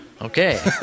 Okay